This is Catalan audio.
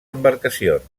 embarcacions